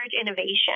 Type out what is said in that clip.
innovation